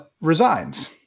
resigns